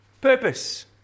Purpose